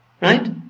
Right